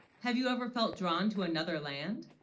have you, ever felt drawn to another land